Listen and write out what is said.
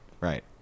Right